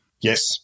Yes